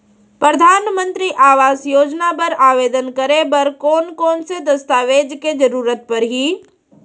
परधानमंतरी आवास योजना बर आवेदन करे बर कोन कोन से दस्तावेज के जरूरत परही?